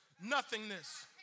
nothingness